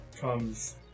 comes